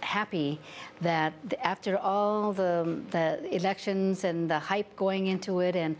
happy that after all the elections and the hype going into it and